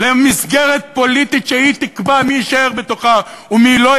למסגרת פוליטית שהיא תקבע מי יישאר בתוכה ומי לא,